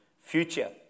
future